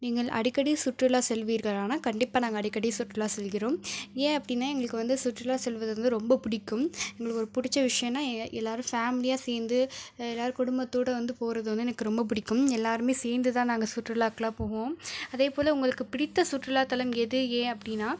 நீங்கள் அடிக்கடி சுற்றுலா செல்வீர்களானா கண்டிப்பாக நாங்கள் அடிக்கடி சுற்றுலா செல்கிறோம் ஏன் அப்படின்னா எங்களுக்கு வந்து சுற்றுலா செல்வது ரொம்ப பிடிக்கும் எங்களுக்கு பிடிச்ச விஷயம்னால் எல்லோரும் ஃபேமிலியாக சேர்ந்து எல்லோரும் குடும்பத்தோட வந்து போகிறது எனக்கு ரொம்ப பிடிக்கும் எல்லோருமே சேர்ந்து தான் நாங்கள் சுற்றுலாக்குலாம் போவோம் அதைப்போல உங்களுக்கு பிடித்த சுற்றுலா தலம் எது ஏன் அப்படின்னால்